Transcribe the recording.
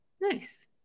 Nice